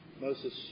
Moses